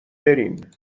برین